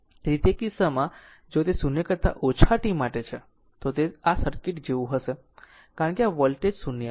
તેથી તે કિસ્સામાં જો તે 0 કરતા ઓછા t માટે છે તો પછી તે આ સર્કિટ જેવું આ હશે કારણ કે આ વોલ્ટેજ 0 હશે